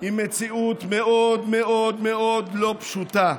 עם מציאות מאוד מאוד מאוד לא פשוטה,